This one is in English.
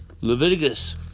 Leviticus